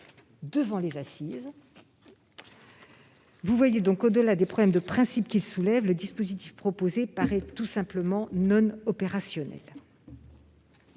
devant les assises ? Au-delà des problèmes de principe qu'il soulève, le dispositif proposé paraît donc tout simplement non opérationnel.